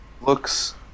looks